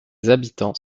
habitants